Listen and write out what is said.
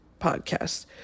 podcast